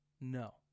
No